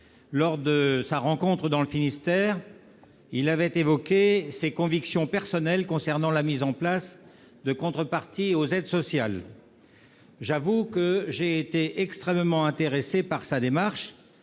Lors d'une rencontre dans le Finistère, le Premier ministre a évoqué ses convictions personnelles concernant la mise en place de contreparties aux aides sociales. J'avoue avoir été extrêmement intéressé par sa démarche,